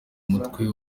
mutwe